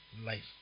life